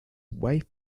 wife